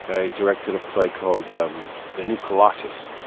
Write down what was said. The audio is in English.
i directed a play called um the new colossus,